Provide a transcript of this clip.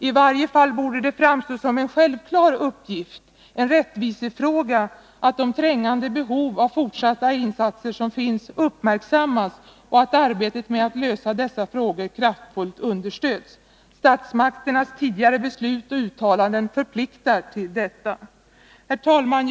I varje fall borde det framstå som en självklar uppgift, en rättvisefråga, att de trängande behov av fortsatta insatser som finns uppmärksammas och att arbetet med att lösa dessa frågor kraftfullt understöds. Statsmakternas tidigare beslut och uttalanden förpliktar till detta. Herr talman!